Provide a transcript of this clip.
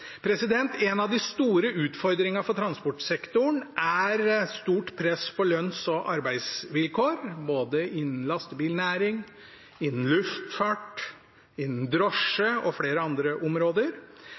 En av de store utfordringene for transportsektoren er stort press på lønns- og arbeidsvilkår, både innen lastebilnæring, innen luftfart, innen drosje